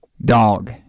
dog